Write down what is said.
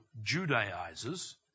Judaizers